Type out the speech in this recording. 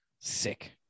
sick